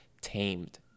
tamed